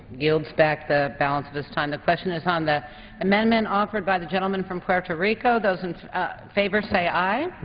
yields back the balance of his time. the question is on the amendment offered by the gentleman from puerto rico. those in favor say aye.